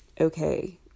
okay